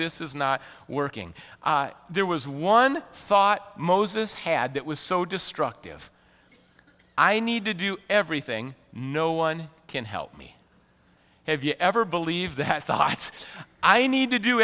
this is not working there was one thought moses had that was so destructive i need to do everything no one can help me have you ever believed to have thoughts i need to do